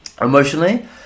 Emotionally